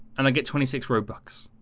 and i get twenty six roadblocks